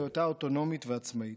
מהיותה אוטונומית ועצמאית.